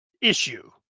issue